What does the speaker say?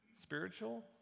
Spiritual